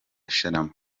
sharama